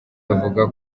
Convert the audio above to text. bavuga